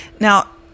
Now